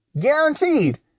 Guaranteed